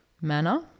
manner